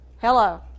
Hello